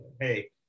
Hey